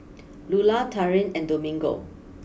Lulah Taryn and Domingo